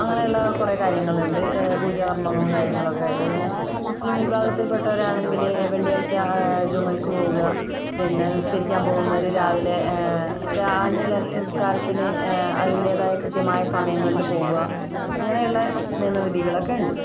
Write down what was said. അങ്ങനെ ഉള്ള കുറെ കാര്യങ്ങൾ ഉണ്ട് പൂജാകർമങ്ങള്ളൊക്കെ ആയിട്ട് പിന്നെ മുസ്ലിം വിഭാഗത്തിൽ പെട്ടവർ ആണെങ്കിൽ വെള്ളിയാഴ്ച ജുമായിക്ക് പോകുക പിന്നെ നിസ്കരിക്കാൻ പോകുന്നൊരു രാവിലെ അഞ്ച് നേരത്തെ നിസ്കാരത്തിന് അതിന്റെതായ കൃത്യമായ സമയങ്ങളിൽ പോകുക അങ്ങനെ ഉള്ള നിയമ വിധികളൊക്കെയുണ്ട്